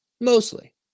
mostly